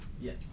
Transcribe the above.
Yes